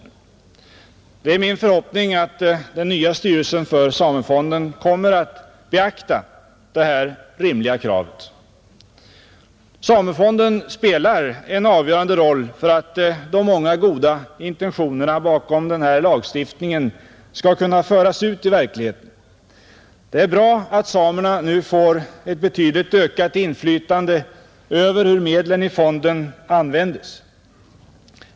Det är min förhoppning att den nya styrelsen för samefonden kommer att beakta detta rimliga krav. Samefonden spelar en avgörande roll för att de många goda intentionerna bakom denna lagstiftning skall kunna föras ut i verkligheten, Det är bra att samerna nu får ett betydligt ökat inflytande över hur medlen i fonden används.